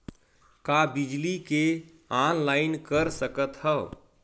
का बिजली के ऑनलाइन कर सकत हव?